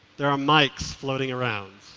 there are mics floating around.